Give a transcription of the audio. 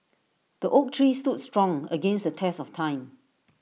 the oak tree stood strong against the test of time